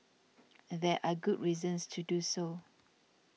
there are good reasons to do so